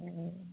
অ